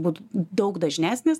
būt daug dažnesnis